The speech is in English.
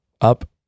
Up